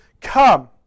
come